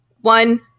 one